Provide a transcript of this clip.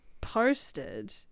posted